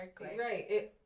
right